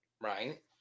right